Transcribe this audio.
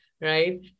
right